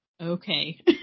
Okay